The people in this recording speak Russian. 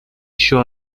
еще